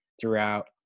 throughout